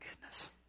goodness